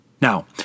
Now